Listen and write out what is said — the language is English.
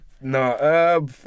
No